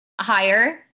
higher